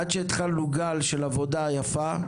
עד שהתחלנו גל של עבודה יפה,